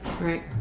Right